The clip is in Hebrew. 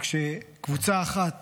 וכשקבוצה אחת